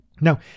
Now